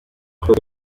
claude